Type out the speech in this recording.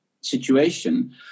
situation